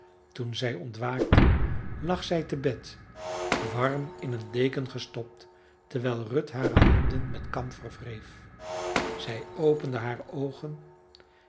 toen zij ontwaakte lag zij te bed warm in een deken gestopt terwijl ruth hare handen met kamfer wreef zij opende hare oogen